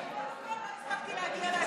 לא הספקתי להגיע להצביע.